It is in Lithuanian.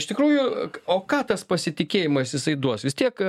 iš tikrųjų o ką tas pasitikėjimas jisai duos vis tiek